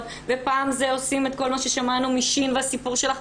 ופעם זה עושים את כל מה ששמענו מ-ש' והסיפור שלך.